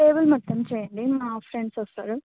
table మొత్తం చెయ్యండి మా ఫ్రెండ్స్ వస్తారు